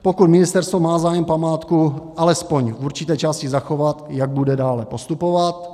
Pokud ministerstvo má zájem památku alespoň v určité části zachovat, jak bude dále postupovat.